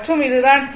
மற்றும் இது தான் T